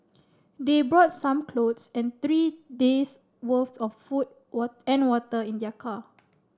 they brought some clothes and three days worth of food and water in their car